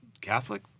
Catholic